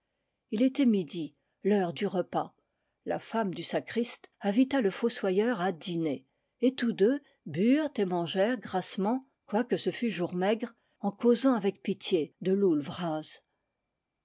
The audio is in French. il était midi l'heure du repas la femme du sacriste invita le fossoyeur à dîner et tous deux burent et mangèrent gras sement quoique ce fût jour maigre en causant avec pitié de